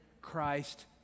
Christ